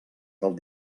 del